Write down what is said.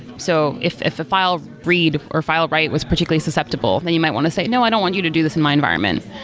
so if a file read, or file write was particularly susceptible, then you might want to say, no, i don't want you to do this in my environment.